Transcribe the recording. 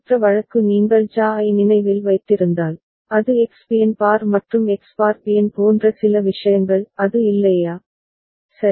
மற்ற வழக்கு நீங்கள் JA ஐ நினைவில் வைத்திருந்தால் அது எக்ஸ் பிஎன் பார் மற்றும் எக்ஸ் பார் பிஎன் போன்ற சில விஷயங்கள் அது இல்லையா சரி